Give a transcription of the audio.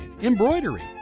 embroidery